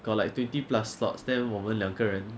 got like twenty plus slots then 我们两个人